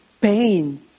pain